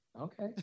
Okay